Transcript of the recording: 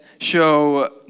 show